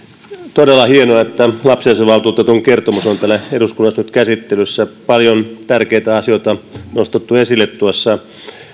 todella hienoa että lapsiasiavaltuutetun kertomus on täällä eduskunnassa nyt käsittelyssä paljon tärkeitä asioita on nostettu esille tuossa